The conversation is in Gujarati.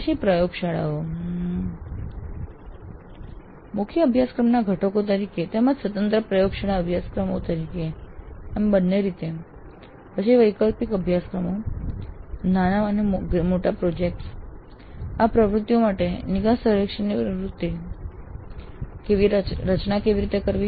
પછી પ્રયોગશાળાઓ મુખ્ય અભ્યાસક્રમોના ઘટકો તરીકે તેમજ સ્વતંત્ર પ્રયોગશાળા અભ્યાસક્રમો તરીકે એમ બંને રીતે પછી વૈકલ્પિક અભ્યાસક્રમો પછી નાના અને મોટા બંને પ્રોજેક્ટ્સ આ પ્રવૃત્તિઓ માટે નિકાસ સર્વેક્ષણની રચના કેવી રીતે કરવી